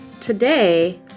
Today